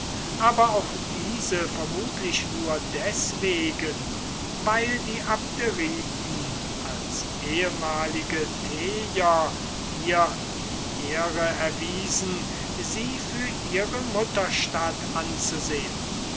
aber auch diese vermutlich nur deswegen weil die abderiten als ehmalige tejer ihr die ehre erwiesen sie für ihre mutterstadt anzusehen